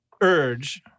urge